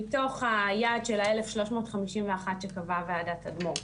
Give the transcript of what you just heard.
מתוך היעד של ה- 1,351 שקבעה וועדת תדמור.